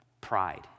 pride